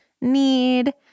need